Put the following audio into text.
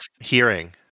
Hearing